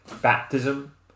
baptism